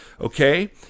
okay